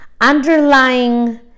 underlying